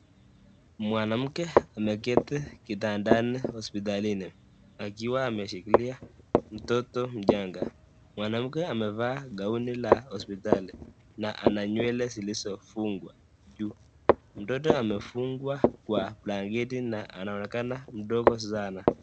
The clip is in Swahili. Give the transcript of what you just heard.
Mwanamke ameketi kitandani hospitalini akiwa ameshikilia mtoto mchanga. Mwanamke amevaa kauni ya hospitali na ana nywele zilizofungwa juu. Mtoto amefungwa kwa blanketi na anaonekana mdogo sana.